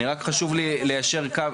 רק חשוב לי ליישר קו.